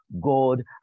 god